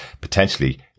potentially